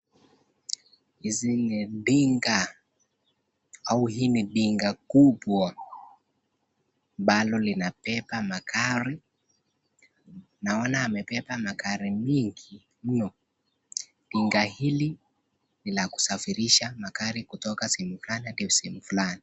Hizi ni dinga au hii ni dinga kubwa bado linabeba magari naona amebeba magari mingi mno, dinga hili ni la kusafirisha magari kutoka sehemu fulani hadi sehemu fulani.